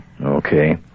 Okay